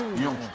you